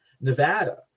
Nevada